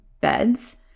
beds